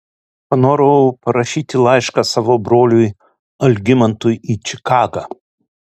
panorau parašyti laišką savo broliui algimantui į čikagą